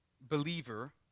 believer